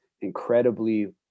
incredibly